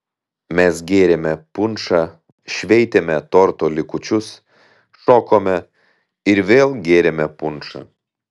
mes gėrėme punšą šveitėme torto likučius šokome ir vėl gėrėme punšą